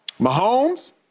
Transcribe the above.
Mahomes